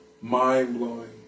mind-blowing